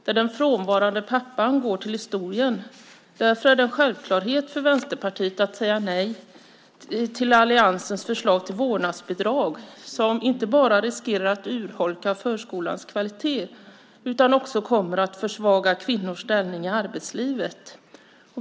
Den frånvarande pappan går till historien. Det är därför en självklarhet för Vänsterpartiet att säga nej till alliansens förslag till vårdnadsbidrag som inte bara kan urholka förskolans kvalitet utan också kommer att försvaga kvinnors ställning i arbetslivet.